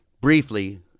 Briefly